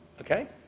Okay